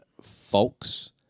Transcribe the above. Folks